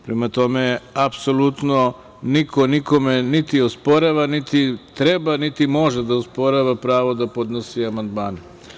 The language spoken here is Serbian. Prema tome, apsolutno, niko nikome niti osporava, niti treba, niti može da osporava pravo da podnosi amandmane.